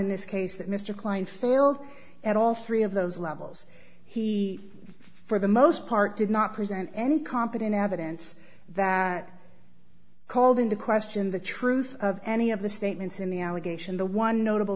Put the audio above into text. in this case that mr kline failed at all three of those levels he for the most part did not present any competent evidence that called into question the truth of any of the statements in the allegation the one notable